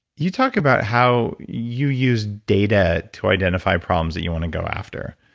you talk about how you use data to identify problems that you want to go after.